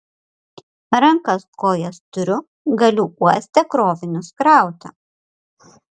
rankas kojas turiu galiu uoste krovinius krauti